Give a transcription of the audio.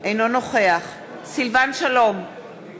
בעד אוסאמה סעדי, נגד איימן עודה,